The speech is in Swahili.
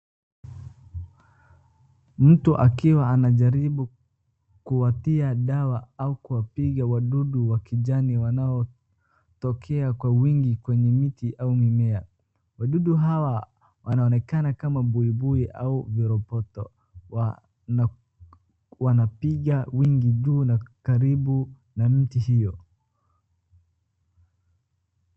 Mtu akiwa anajaribu kuwatia dawa au kuwapiga wadudu wa kijani wanaotokea kwa wingi kwenye miti au mimea. Wadudu hawa wanaonekana kama buibui au viroboto wanapiga wingi juu na karibu na miti hio.